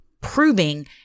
proving